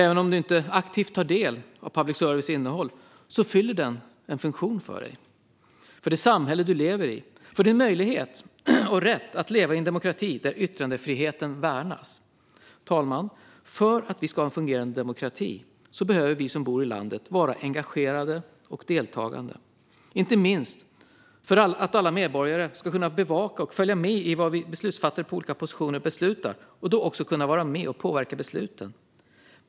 Även om du inte aktivt tar del av public services innehåll fyller public service en funktion för dig, för det samhälle du lever i och för din möjlighet och rätt att leva i en demokrati där yttrandefriheten värnas. Fru talman! För att vi ska ha en fungerande demokrati behöver vi som bor i landet vara engagerade och deltagande. Det behövs inte minst för att alla medborgare ska kunna bevaka och följa med i vad beslutsfattare på olika positioner beslutar och också kunna vara med och påverka besluten.